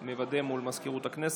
מוודא מול מזכירות הכנסת.